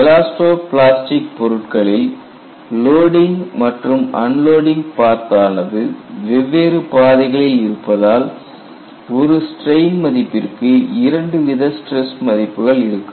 elasto plastic பொருட்களில் loading மற்றும் unloading path ஆனது வெவ்வேறு பாதைகளில் இருப்பதால் ஒரு ஸ்ட்ரெயின் மதிப்பிற்கு இரண்டுவித ஸ்ட்ரெஸ் மதிப்புகள் இருக்கும்